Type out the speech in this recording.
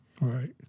Right